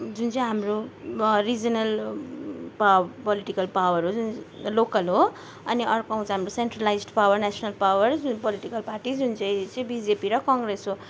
जुन चाहिँ हाम्रो रिजनल पा पोलिटिकल पावर हो लोकल हो अनि अर्को आउँछ हाम्रो सेन्ट्रलाइज्ड पावर नेसनल पावर जुन पोलिटिकल पार्टी जुन चाहिँ चाहिँ बिजेपी र कङ्ग्रेस हो